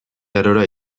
arora